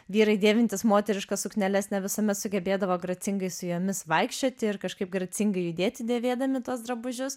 vyrai dėvintys moteriškas sukneles ne visuomet sugebėdavo gracingai su jomis vaikščioti ir kažkaip gracingai judėti dėvėdami tuos drabužius